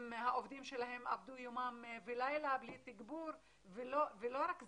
העובדים שלהם עבדו יומם ולילה בלי תגבור ולא רק זה,